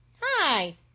Hi